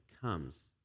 comes